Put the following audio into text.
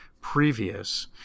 previous